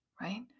right